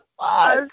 fuck